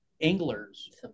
Anglers